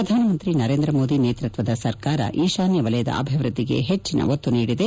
ಪ್ರಧಾನ ಮಂತ್ರಿ ನರೇಂದ್ರ ಮೋದಿ ನೇತೃತ್ವದ ಸರ್ಕಾರ ಈಶಾನ್ವ ವಲಯದ ಅಭಿವೃದ್ದಿಗೆ ಹೆಚ್ಲಿನ ಒತ್ತು ನೀಡಿದೆ